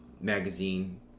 magazine